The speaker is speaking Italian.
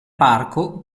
parco